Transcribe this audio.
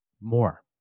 more